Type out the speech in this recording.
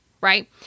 right